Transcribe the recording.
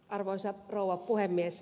arvoisa rouva puhemies